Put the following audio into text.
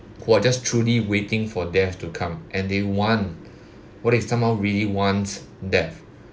who are just truly waiting for death to come and they want what if someone really wants death